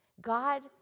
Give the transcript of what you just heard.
God